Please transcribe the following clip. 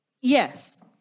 yes